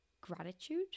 gratitude